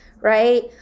right